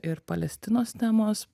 ir palestinos temos